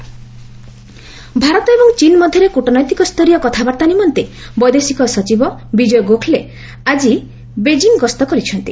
FS ଚୀନ୍ visit Bharat ଏବଂ ଚୀନ୍ ମଧ୍ୟରେ କୁଟନୈତିକ ସ୍ତରୀୟ କଥାବାର୍ତ୍ତା ନିମନ୍ତେ ବୈଦେଶିକ ସଚିବ ବିଜୟ ଗୋଖ୍ଲେ ଆଜି ବେଜିଂ ଗସ୍ତ କରିଛନ୍ତି